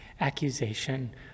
accusation